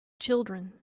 children